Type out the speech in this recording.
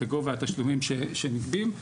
בגובה התשלומים שנגבים?